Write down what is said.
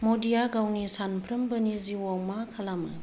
मदिया गावनि सानफ्रोमबोनि जिउआव मा खालामो